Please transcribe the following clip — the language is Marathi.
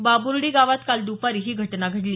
बाबुर्डी गावात काल दुपारी ही घटना घडली